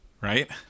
right